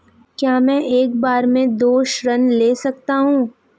क्या मैं एक बार में दो ऋण ले सकता हूँ?